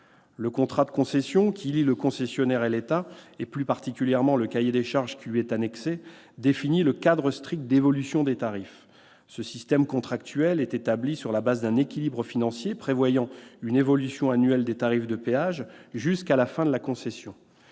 Ce contrat qui lie le concessionnaire et l'État, en particulier le cahier des charges qui lui est annexé, définit le cadre strict d'évolution des tarifs. Ce système contractuel est établi sur la base d'un équilibre financier, prévoyant une évolution annuelle des tarifs de péages jusqu'à la fin de la concession.